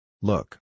Look